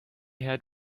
had